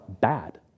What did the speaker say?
bad